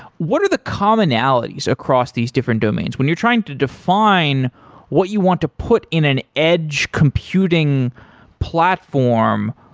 what are the commonalities across these different domains? when you're trying to define what you want to put in an edge computing platform,